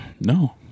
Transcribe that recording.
No